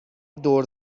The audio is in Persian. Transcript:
دور